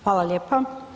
Hvala lijepa.